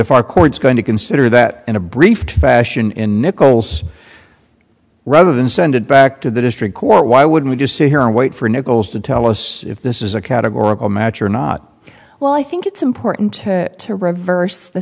if our court's going to consider that in a brief fashion in nicole's rather than send it back to the district court why would we just sit here and wait for nichols to tell us if this is a categorical match or not well i think it's important to reverse the